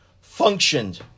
functioned